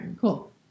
cool